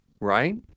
right